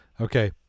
Okay